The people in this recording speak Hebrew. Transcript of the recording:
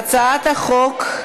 אין נמנעים.